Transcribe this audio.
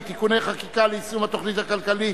(תיקוני חקיקה ליישום התוכנית הכלכלית